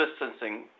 distancing